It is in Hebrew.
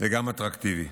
וגם אטרקטיבי.